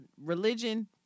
Religion